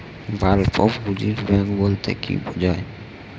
স্বল্প পুঁজির ব্যাঙ্ক বলতে কি বোঝায়?